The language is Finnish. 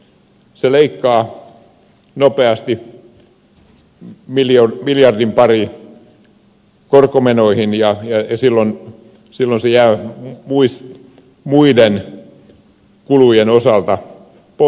se leikkaa nopeasti miljardin pari korkomenoihin ja silloin se summa jää muiden kulujen osalta pois